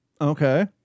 Okay